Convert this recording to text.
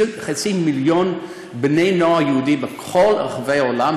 מיליון בני נוער יהודים מכל רחבי העולם,